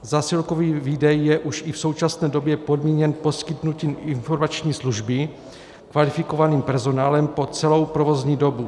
Zásilkový výdej je už i v současné době podmíněn poskytnutím informační služby kvalifikovaným personálem po celou provozní dobu.